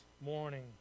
morning